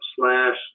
slash